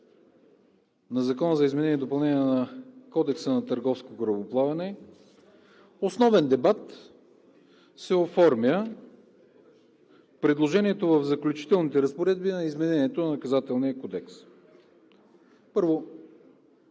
на Закона за изменение и допълнение на Кодекса на търговското корабоплаване основен дебат се оформя за предложението в Заключителните разпоредби на изменението на Наказателния кодекс. Първо,